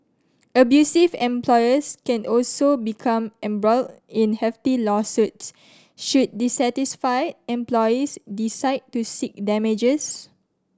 abusive employers can also become embroiled in hefty lawsuits should dissatisfied employees decide to seek damages